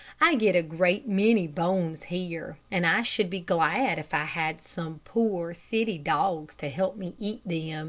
i get a great many bones here, and i should be glad if i had some poor, city dogs to help me eat them.